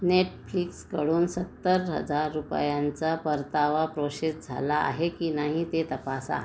Netflix कडून सत्तर हजार रुपयांचा परतावा प्रोशेस झाला आहे की नाही ते तपासा